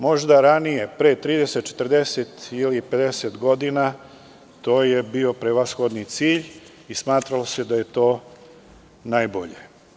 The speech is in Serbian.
Možda ranije pre 30,40 ili 50 godina je to bio prevashodni cilj i smatralo se da je to najbolje.